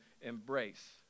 embrace